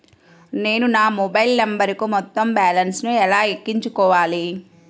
నేను నా మొబైల్ నంబరుకు మొత్తం బాలన్స్ ను ఎలా ఎక్కించుకోవాలి?